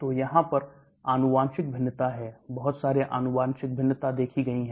तो यहां पर आनुवांशिक भिन्नता है बहुत सारे आनुवांशिक भिन्नता देखी गई है